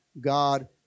God